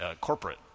corporate –